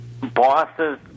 bosses